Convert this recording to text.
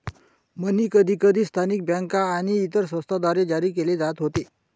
मनी कधीकधी स्थानिक बँका आणि इतर संस्थांद्वारे जारी केले जात होते